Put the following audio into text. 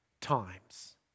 times